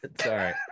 sorry